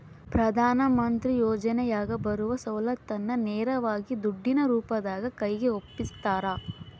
ಪ್ರಧಾನ ಮಂತ್ರಿ ಯೋಜನೆಯಾಗ ಬರುವ ಸೌಲತ್ತನ್ನ ನೇರವಾಗಿ ದುಡ್ಡಿನ ರೂಪದಾಗ ಕೈಗೆ ಒಪ್ಪಿಸ್ತಾರ?